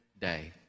day